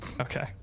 Okay